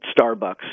Starbucks